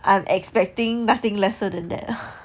I am expecting nothing lesser than that